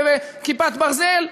ו"כיפת ברזל",